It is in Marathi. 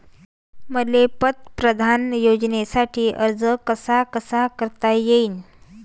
मले पंतप्रधान योजनेसाठी अर्ज कसा कसा करता येईन?